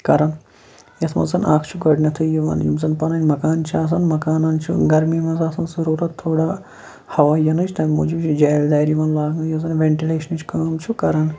کَران ییٚتھ منٛز اَکھ چھُ گۄڈٕنیٚتھٕے یِوان یِم زَن پَنٕنۍ مکان چھِ آسان مَکانَن چھِ گرمی مَنٛز آسان ضروٗرَت تھوڑا ہَوا یِنٕچ تَمہِ موٗجوٗب چھِ جھالہِ دارِ یِوان لاگنہٕ یُس زَن ویٚنٹِلیشنٕچ کٲم چھُ کَران